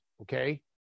okay